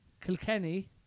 Kilkenny